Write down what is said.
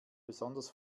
besonders